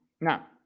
Now